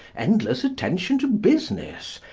endless attention to business,